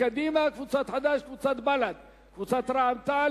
סעיף 71